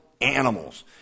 animals